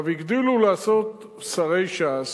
הגדילו לעשות שרי ש"ס,